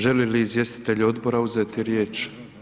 Želi li izvjestitelj odbora uzeti riječ?